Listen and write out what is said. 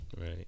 Right